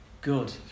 good